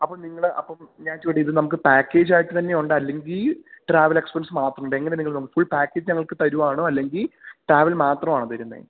അപ്പം നിങ്ങള് അപ്പം ഞാൻ ചോദിക്കട്ടെ ഇത് നമുക്ക് പാക്കേജായിട്ട് തന്നെയുണ്ട് അല്ലെങ്കില് ട്രാവല് എക്സ്പെൻസ് മാത്രമുണ്ട് എങ്ങനെയാണ് നിങ്ങൾ ഫുൾ പാക്കേജ് ഞങ്ങൾക്ക് തരികയാണോ അല്ലെങ്കില് ട്രാവല് മാത്രമാണോ തരുന്നത്